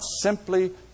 simply